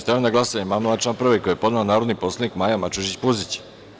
Stavljam na glasanje amandman na član 2. koji je podnela narodni poslanik Maja Mačužić Puzić.